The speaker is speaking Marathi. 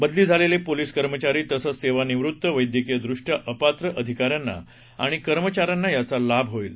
बदली झालेले पोलीस कर्मचारी तसंच सेवानिवृत्त वैद्यकीयदृष्ट्या अपात्र अधिकाऱ्यांना आणि कर्मचाऱ्यांना याचा लाभ होईल